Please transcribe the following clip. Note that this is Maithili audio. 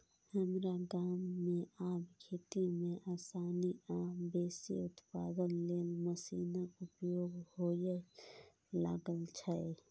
हमरा गाम मे आब खेती मे आसानी आ बेसी उत्पादन लेल मशीनक उपयोग हुअय लागल छै